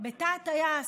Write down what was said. בתא הטייס.